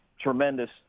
tremendous